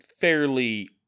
fairly